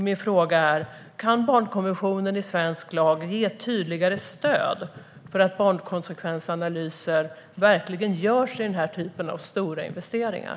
Min fråga är: Kan barnkonventionen i svensk lag ge tydligare stöd för att barnkonsekvensanalyser verkligen görs vid den typen av stora investeringar?